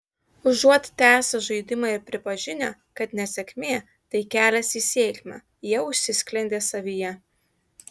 užuot tęsę žaidimą ir pripažinę kad nesėkmė tai kelias į sėkmę jie užsisklendė savyje